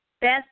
best